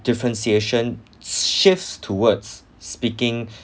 differentiation s~ shifts towards speaking